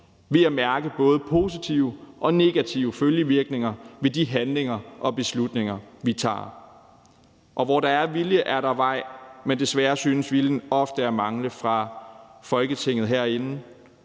ved at mærke både positive og negative følgevirkninger ved de handlinger og beslutninger, vi tager. Hvor der er vilje, er der vej, men desværre synes viljen ofte at mangle fra Folketinget herinde,